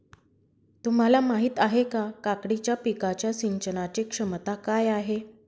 तुम्हाला माहिती आहे का, काकडीच्या पिकाच्या सिंचनाचे क्षमता काय आहे?